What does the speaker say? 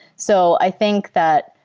so i think that,